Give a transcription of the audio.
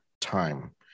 time